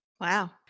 Wow